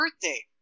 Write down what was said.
birthday